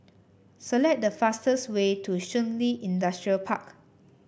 select the fastest way to Shun Li Industrial Park